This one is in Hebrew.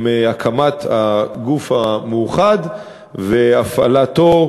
עם הקמת הגוף המאוחד והפעלתו,